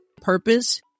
purpose